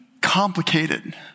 complicated